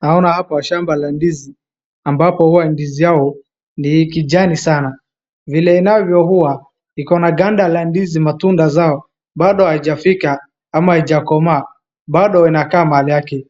Naona hapa shamba la ndizi ambapo huwa ndizi yao ni kijani sana. Vile inavyo huwa iko na ganda la ndizi matunda zao bado haijafika ama haijakomaa. Bado inakaa malaki